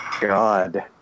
God